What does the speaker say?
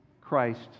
Christ